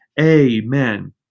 Amen